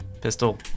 pistol